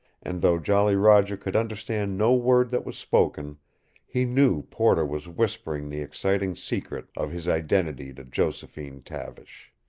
and though jolly roger could understand no word that was spoken he knew porter was whispering the exciting secret of his identity to josephine tavish.